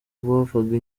bavaga